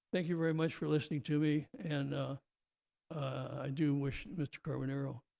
thank you very much for listening to me. and ah i do wish mr. carbonaro